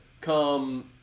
come